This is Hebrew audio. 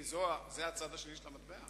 כי זה הצד השני של המטבע.